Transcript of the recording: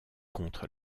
contre